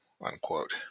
unquote